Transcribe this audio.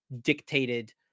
dictated